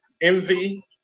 envy